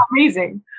amazing